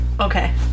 Okay